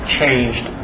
changed